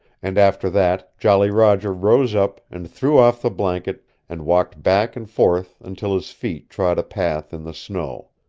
and after that jolly roger rose up and threw off the blanket and walked back and forth until his feet trod a path in the snow.